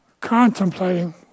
contemplating